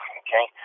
okay